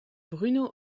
bruno